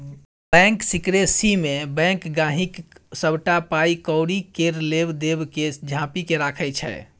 bank सिकरेसीमे bank गांहिकीक सबटा पाइ कौड़ी केर लेब देब केँ झांपि केँ राखय छै